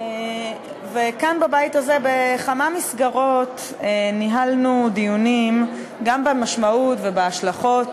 וכאן בבית הזה בכמה מסגרות ניהלנו דיונים גם במשמעות ובהשלכות